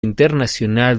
internacional